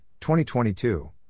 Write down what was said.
2022